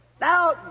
Now